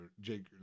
Jake